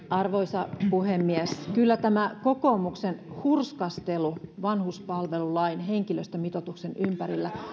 arvoisa puhemies kyllä tämä kokoomuksen hurskastelu vanhuspalvelulain henkilöstömitoituksen ympärillä